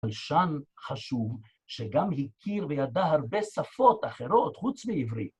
בלשן חשוב שגם הכיר וידע הרבה שפות אחרות חוץ מעברית.